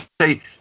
say